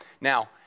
Now